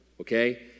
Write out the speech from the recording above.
okay